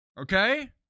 Okay